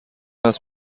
است